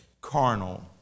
carnal